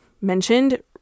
mentioned